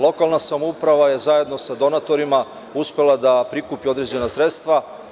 Lokalna samouprava je zajedno sa donatorima uspela da prikupi određena sredstva.